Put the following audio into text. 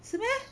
是 meh